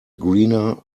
greener